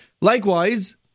Likewise